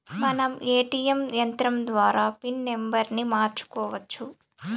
మనం ఏ.టీ.యం యంత్రం ద్వారా పిన్ నంబర్ని మార్చుకోవచ్చు